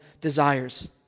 desires